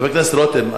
חבר הכנסת רותם,